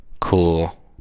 Cool